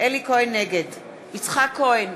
נגד יצחק כהן,